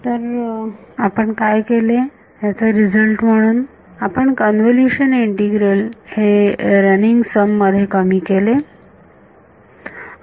तर आपण काय केले ह्या चा रिझल्ट म्हणून आपण कॉन्व्होल्युशन इंटीग्रल हे रनिंग सम मध्ये कमी केले